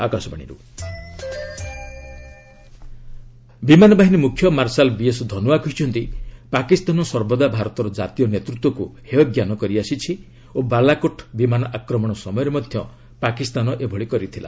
IAF chief ବିମାନ ବାହିନୀ ମୁଖ୍ୟ ମାର୍ଶାଲ୍ ବିଏସ୍ ଧନଓ୍ୱା କହିଛନ୍ତି ପାକିସ୍ତାନ ସର୍ବଦା ଭାରତର କାତୀୟ ନେତୃତ୍ୱକୁ ହେୟଜ୍ଞାନ କରିଆସିଛି ଓ ବାଲାକୋଟ୍ ବିମାନ ଆକ୍ରମଣ ସମୟରେ ମଧ୍ୟ ପାକିସ୍ତାନ ଏଭଳି କରିଥିଲା